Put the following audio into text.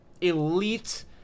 elite